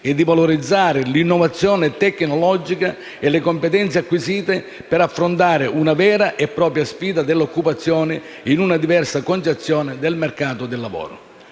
e di valorizzare l’innovazione tecnologica e le competenze acquisite, per affrontare una vera e propria sfida dell’occupazione in una diversa concezione del mercato del lavoro.